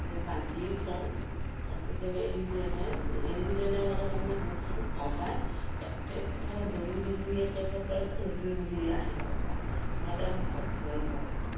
বান্ধিও থওঁ আৰু কেতিয়াবা এৰিও দিয়া যায় এৰি দিলে তেওঁলোকে তাৰমানে বুট খুব ভাল পায় একে পথাৰত দৌৰি দৌৰি একে পথাৰত ৰুটুৰি পুটুৰি আহে ঘৰত পাই আকৌ তেওঁলোকক আকৌ ধুৱাই দিবা লাগে